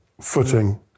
footing